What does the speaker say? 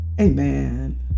Amen